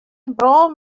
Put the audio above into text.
brân